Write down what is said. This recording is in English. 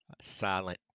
silent